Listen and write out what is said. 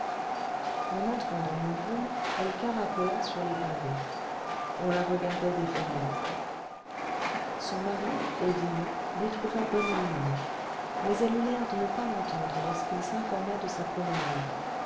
en entrant dans yonville elle caracola sur les pavés on la regardait des fenêtres son mari au dîner lui trouva bonne mine mais elle eut l'air de ne pas l'entendre lorsqu'il s'informa de sa promenade